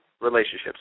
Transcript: relationships